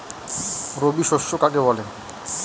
রবি শস্য কাকে বলে?